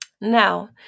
Now